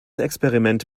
experiment